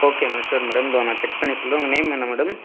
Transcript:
okay madam sure madam இதோ நான் check பண்ணி சொல்லுறேன் உங்கள் நேம் என்ன மேடம்